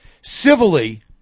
civilly